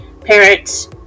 parents